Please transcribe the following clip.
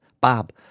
bob